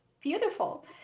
beautiful